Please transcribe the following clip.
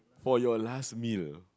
for your last meal